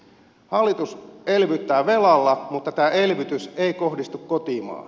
hallitus elvyttää velalla mutta elvytys ei kohdistu kotimaahan